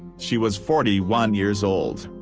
she was forty one years old.